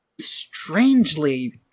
strangely